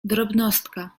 drobnostka